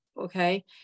okay